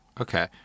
Okay